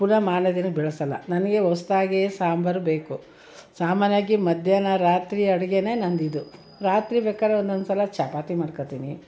ಪುನಃ ಮಾರನೇ ದಿನ ಬೆಳ್ಸೋಲ್ಲ ನನಗೆ ಹೊಸ್ದಾಗಿ ಸಾಂಬಾರು ಬೇಕು ಸಾಮಾನ್ಯವಾಗಿ ಮಧ್ಯಾಹ್ನ ರಾತ್ರಿ ಅಡುಗೆನೆ ನಂದು ಇದು ರಾತ್ರಿ ಬೇಕಾದರೆ ಒಂದೊಂದ್ಸಲ ಚಪಾತಿ ಮಾಡ್ಕೊಳ್ತೀನಿ